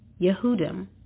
Yehudim